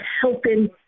helping